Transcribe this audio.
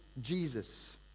Jesus